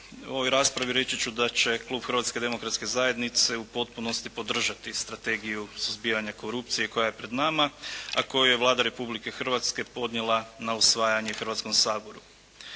u ovoj raspravi reći ću da će klub Hrvatske demokratske zajednice u potpunosti podržati Strategiju suzbijanja korupcije koja je pred nama, a koju je Vlada Republike Hrvatske podnijela na usvajanje Hrvatskom saboru.